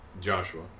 Joshua